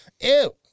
ew